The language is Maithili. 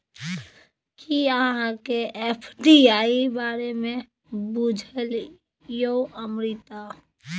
कि अहाँकेँ एफ.डी.आई बारे मे बुझल यै अमृता?